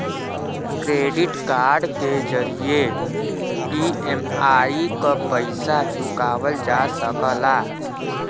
credit card के जरिये EMI क पइसा चुकावल जा सकला